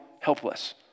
helpless